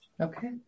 Okay